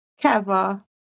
Keva